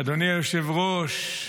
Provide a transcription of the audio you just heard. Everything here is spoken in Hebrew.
אדוני היושב-ראש,